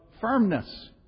firmness